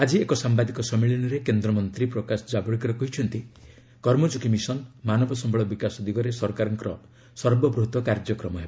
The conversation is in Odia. ଆଜି ଏକ ସାମ୍ଭାଦିକ ସମ୍ମିଳନୀରେ କେନ୍ଦ୍ରମନ୍ତ୍ରୀ ପ୍ରକାଶ ଜାବଡେକର କହିଛନ୍ତି କର୍ମଯୋଗୀ ମିଶନ୍ ମାନବ ସମ୍ବଳ ବିକାଶ ଦିଗରେ ସରକାରଙ୍କର ସର୍ବବୃହତ କାର୍ଯ୍ୟକ୍ମ ହେବ